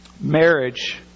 marriage